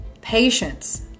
patience